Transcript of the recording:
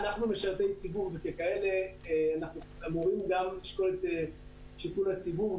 אנחנו משרתי ציבור וככאלה אנחנו אמורים גם לשקול את השיקול הציבור.